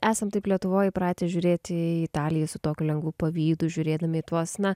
esam taip lietuvoj įpratę žiūrėti į italiją su tokiu lengvu pavydu žiūrėdami į tuos na